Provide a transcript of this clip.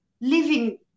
living